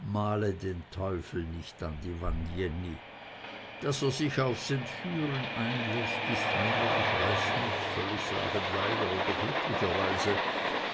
male den teufel nicht an die wand jenny daß er sich aufs entführen einläßt ist mir ich weiß nicht soll ich sagen leider oder glücklicherweise